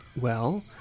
Well